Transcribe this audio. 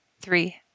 three